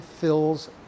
fills